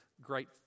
great